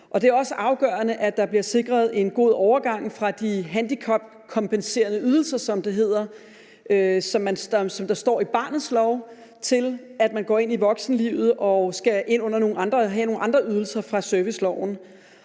Det er også afgørende, at der bliver sikret en god overgang fra de handicapkompenserende ydelser, som det hedder, altså det, der står i barnets lov, til, at man går ind i voksenlivet og skal have nogle andre ydelser i henhold til serviceloven.